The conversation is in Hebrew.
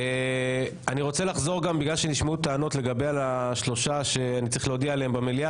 בגלל שנשמעו טענות לגבי השלושה שאני צריך להודיע עליהם במליאה,